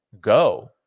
go